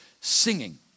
singing